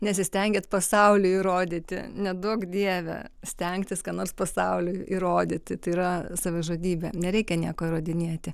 nesistengiat pasauliui įrodyti neduok dieve stengtis ką nors pasauliui įrodyti tai yra savižudybė nereikia nieko įrodinėti